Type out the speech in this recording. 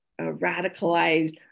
radicalized